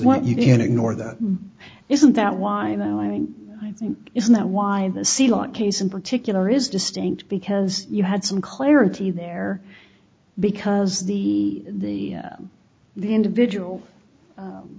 what you can't ignore that isn't that why am i lying i think isn't that why the ceylon case in particular is distinct because you had some clarity there because the the the individual